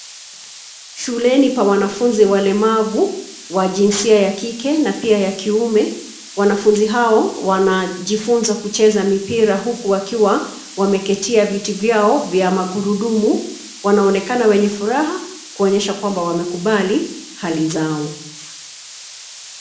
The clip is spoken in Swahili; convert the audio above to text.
Shuleni pa wanafunzi walemavu wa jinsia ya kike na pia ya kiume. Wanafunzi hao wanajifunza kucheza mipira huku wakiwa wameketia viti vyao vya magurudumu, wanaonekana wenye furaha kuonyesha kwamba wamekubali hali zao.